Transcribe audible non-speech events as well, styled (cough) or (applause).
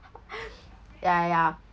(laughs) ya ya